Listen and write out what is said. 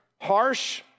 Harsh